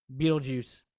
Beetlejuice